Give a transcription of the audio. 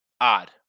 odd